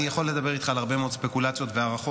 אני יכול לדבר איתך על הרבה מאוד ספקולציות והערכות.